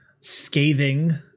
scathing